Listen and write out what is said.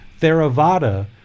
Theravada